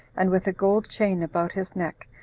and with a gold chain about his neck,